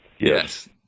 Yes